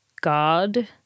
God